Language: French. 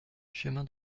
chemin